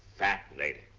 fat lady.